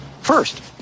first